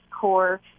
core